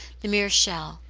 the mere shell.